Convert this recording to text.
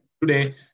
today